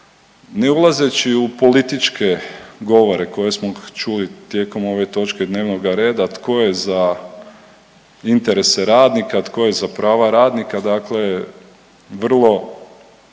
Ne ulazeći u političke govore koje smo čuli tijekom ove točke dnevnoga reda, tko je za interese radnika, tko je za prava radnika, dakle vrlo